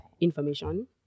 information